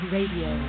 Radio